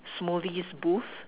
smoothies booth